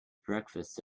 breakfast